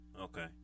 Okay